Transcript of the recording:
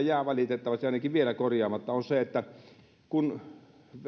jää valitettavasti ainakin vielä korjaamatta on se että kun